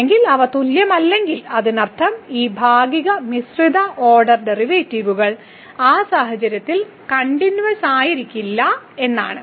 അല്ലെങ്കിൽ അവ തുല്യമല്ലെങ്കിൽ അതിനർത്ഥം ഈ ഭാഗിക മിശ്രിത ഭാഗിക ഓർഡർ ഡെറിവേറ്റീവുകൾ ആ സാഹചര്യത്തിൽ കണ്ടിന്യൂവസ്സായിരിക്കില്ല എന്നാണ്